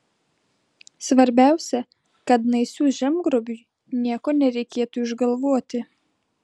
svarbiausia kad naisių žemgrobiui nieko nereikėtų išgalvoti